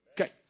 Okay